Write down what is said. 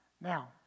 Now